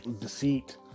deceit